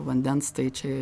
vandens tai čia